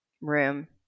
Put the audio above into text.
room